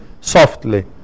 softly